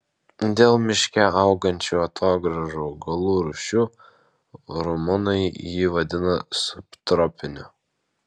dėl miške augančių atogrąžų augalų rūšių rumunai jį vadina subtropiniu